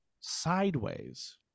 sideways